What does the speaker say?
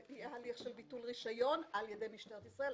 הליך של ביטול רישיון על ידי משטרת ישראל.